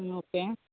okay